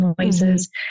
noises